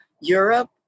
Europe